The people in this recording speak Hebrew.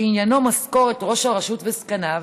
שעניינו משכורת ראש הרשות וסגניו,